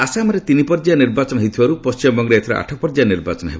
ଆସାମରେ ତିନିପର୍ଯ୍ୟାୟ ନିର୍ବାଚନ ହେଉଥିବାବେଳେ ପଶ୍ଚିମବଙ୍ଗରେ ଏଥର ଆଠ ପର୍ଯ୍ୟାୟ ନିର୍ବାଚନ ହେବ